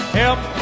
help